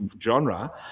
genre